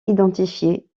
identifiés